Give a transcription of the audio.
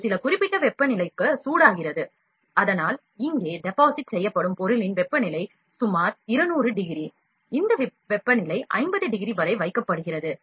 இது சில குறிப்பிட்ட வெப்பநிலக்கு சூடாகிறது அதனால் இங்கே டெபாசிட் செய்யப்படும் பொருளின் வெப்பநிலை சுமார் 200 டிகிரி இந்த வெப்பநிலை 50 டிகிரி வரை வைக்கப்படுகிறது